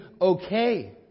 okay